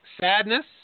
sadness